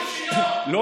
הוא,